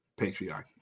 patriarchy